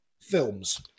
films